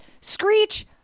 Screech